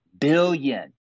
billion